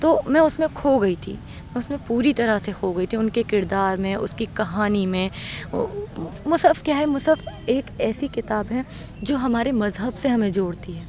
تو اس میں کھو گئی تھی اس میں پوری طرح سے کھو گئی تھی ان کے کردار میں اس کی کہانی میں مصحف کیا ہے مصحف ایک ایسی کتاب ہے جو ہمارے مذہب سے ہمیں جوڑتی ہے